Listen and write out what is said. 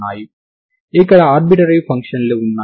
E అవుతుంది